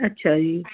ਅੱਛਾ ਜੀ